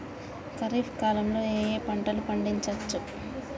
ఖరీఫ్ కాలంలో ఏ ఏ పంటలు పండించచ్చు?